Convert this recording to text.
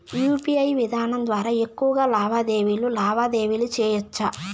UPI విధానం ద్వారా ఎక్కువగా లావాదేవీలు లావాదేవీలు సేయొచ్చా?